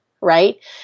right